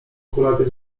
kulawiec